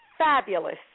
Fabulous